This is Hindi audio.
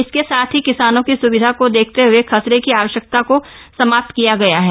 इसके साथ ही किसानों की सुविधा को देखते हए खसरे की आवश्यकता को समाप्त किया गया है